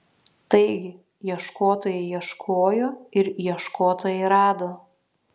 taigi ieškotojai ieškojo ir ieškotojai rado